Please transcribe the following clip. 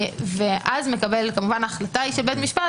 ואז כמובן ההחלטה היא של בית משפט,